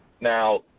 Now